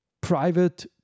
private